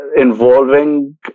involving